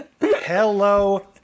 hello